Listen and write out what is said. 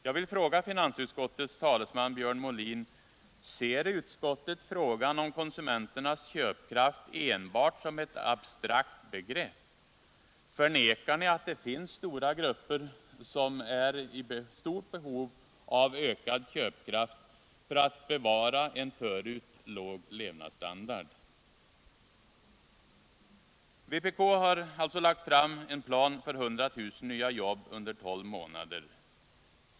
Jag vill fråga finansutskottets talesman Björn Molin: Ser utskottet frågan om konsumenternas köpkraft enbart som ett abstrakt begrepp? Förnekar ni att det finns stora grupper som är i stort behov av en ökning av köpkraften, för att det inte skall bli en sänkning av en redan förut låg levnadsstandard? Vpk har alltså lagt fram en plan för 100 000 nya jobb under tolv månader.